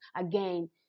again